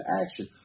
action